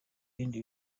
ibindi